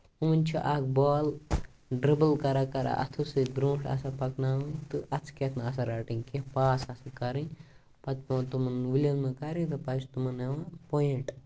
تِمن چھِ اکھ بال ڈرٛبٕل کران کران اَتھو سۭتۍ برونٹھ آسان پَکناوٕنۍ تہٕ اَتھس کیٚتھ نہٕ آسان رَٹٕنۍ پاس آسان کَرٕنۍ پَتہٕ ہیور تِمن وُلین منٛز بَرٕنۍ تہٕ پَتہٕ چھُ تِمن مِلان پوٚیِنٹ